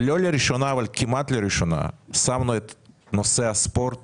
- לא לראשונה אבל כמעט לראשונה - שמנו את נושא הספורט